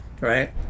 right